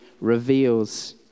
reveals